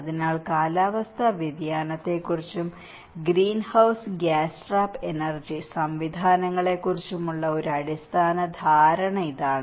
അതിനാൽ കാലാവസ്ഥാ വ്യതിയാനത്തെക്കുറിച്ചും green house gas trap energy സംവിധാനങ്ങളെക്കുറിച്ചും ഉള്ള അടിസ്ഥാന ധാരണ ഇതാണ്